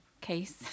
case